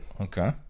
Okay